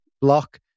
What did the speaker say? block